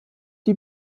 die